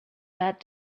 that